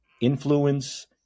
influence